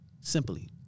simply